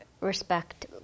respect